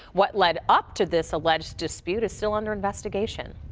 what led up to this alleged dispute is still under investigation.